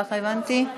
ככה הבנתי.